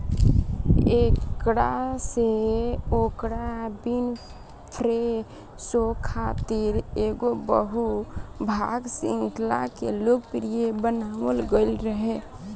एकरा से Oprah Winfrey show खातिर एगो बहु भाग श्रृंखला के लोकप्रिय बनावल गईल रहे